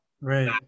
right